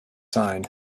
sign